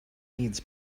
needs